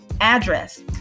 address